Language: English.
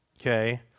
Okay